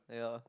yeah